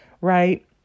right